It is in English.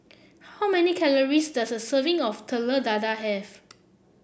how many calories does a serving of Telur Dadah have